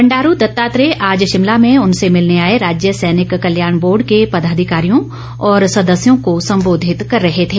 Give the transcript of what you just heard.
बंडारू दत्तात्रेय आज शिमला में उनसे मिलने आए राज्य सैनिक कल्याण बोर्ड के पदाधिकारियों और सदस्यों को संबोधित कर रहे थे